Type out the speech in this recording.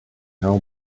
how